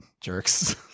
jerks